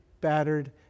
battered